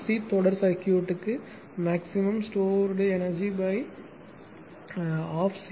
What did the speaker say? C தொடர் சர்க்யூட்க்கு maximum stored energy 12 C